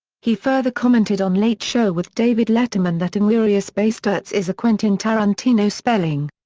he further commented on late show with david letterman that inglourious basterds is a quentin tarantino spelling.